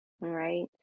right